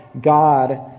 God